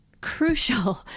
crucial